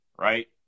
right